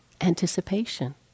anticipation